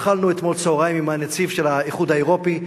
אתמול אכלנו צהריים עם הנציב של האיחוד האירופי,